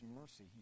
mercy